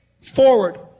forward